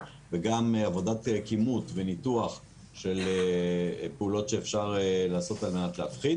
היא הגיעה במיוחד וניתן לה לדבר.